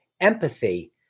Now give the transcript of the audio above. Empathy